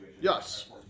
Yes